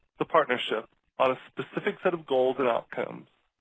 the partnership on a specific set of goals and outcomes,